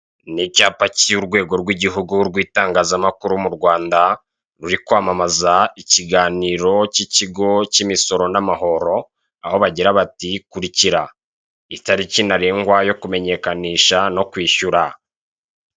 Ni icyapa cy'urwego rw'igihugu rw'itangazamakuru mu Rwanda ruri kwamamaza ikiganiro cy'ikigo cy'imisoro n'amahoro, aho bagira bati kurikira italiki ntarengwa yo kumenyekanisha no kwishyura.